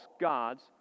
gods